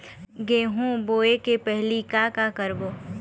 गेहूं बोए के पहेली का का करबो?